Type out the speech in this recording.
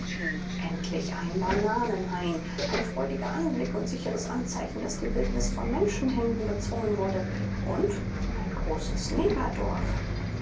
endlich ein bananenhain ein freudiger anblick und sicheres anzeichen daß die wildnis von menschenhänden bezwungen wurde und ein großes